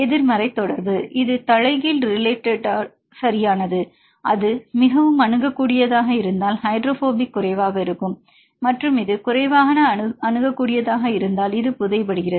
எதிர்மறை தொடர்பு இது தலைகீழ் ரிலேட்ட சரியானது அது மிகவும் அணுகக்கூடியதாக இருந்தால் ஹைட்ரோபோபிக் குறைவாக இருக்கும் மற்றும் இது குறைவாக அணுகக்கூடியதாக இருந்தால் இது புதைபடுகிறது